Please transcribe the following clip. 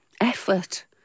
effort